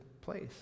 place